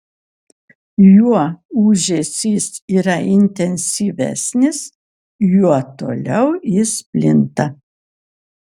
juo ūžesys yra intensyvesnis juo toliau jis plinta